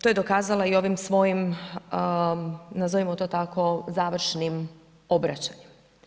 To je dokazala i ovim svojim, nazovimo to tako, završnim obraćanjem.